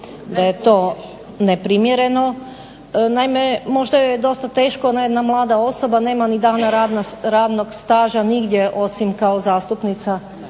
da je to neprimjereno. Naime, možda joj je dosta teško ona je jedna mlada osoba, nema ni dana radnog staža nigdje osim kao zastupnica u